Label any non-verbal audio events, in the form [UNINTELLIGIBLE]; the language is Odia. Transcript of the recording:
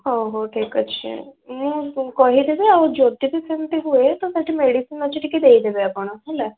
ହଉ ହଉ ଠିକ୍ ଅଛି ମୁଁ କହିଦେବେ ଆଉ ଯଦି ବି ସେମିତି ହୁଏ ତ [UNINTELLIGIBLE] ମେଡ଼ିସିନ୍ ଅଛି ଟିକେ ଦେଇଦେବେ ଆପଣ ହେଲା